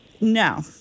No